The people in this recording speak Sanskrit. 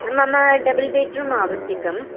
मम डबल् बेड्रूम् आवश्यकम्